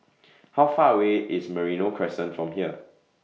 How Far away IS Merino Crescent from here